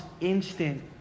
instant